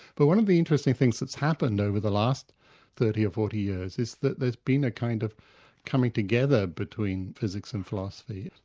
but one of the interesting things that's happened over the last thirty or forty years is that there's been a kind of coming together between physics and philosophy.